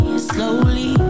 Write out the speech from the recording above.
slowly